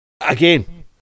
again